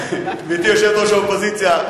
גברתי יושבת-ראש האופוזיציה,